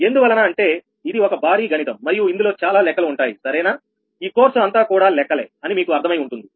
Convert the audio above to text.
ఎందువలన అంటే ఇది ఒక భారీ గణితం మరియు ఇందులో చాలా లెక్కలు ఉంటాయి సరేనాఈ కోర్సు అంతా కూడా లెక్కలే అని మీకు అర్థమై ఉంటుంది